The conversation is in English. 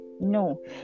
no